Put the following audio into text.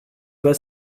pas